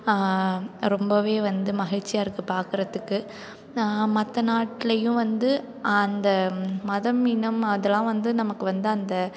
ரொம்பவே வந்து மகிழ்ச்சியாக இருக்குது பார்க்கறதுக்கு மற்ற நாட்லையும் வந்து அந்த மதம் இனம் அதெலாம் வந்து நமக்கு வந்து அந்த